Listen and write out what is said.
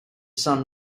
sun